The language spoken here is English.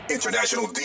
International